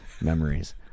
memories